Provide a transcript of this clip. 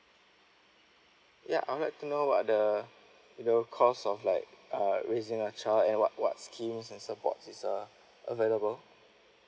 ya I would like to know about the the cost of like uh raising a child and what what schemes and support is uh available